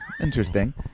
interesting